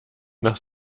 nach